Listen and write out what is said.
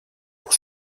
pour